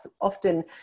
often